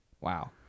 Wow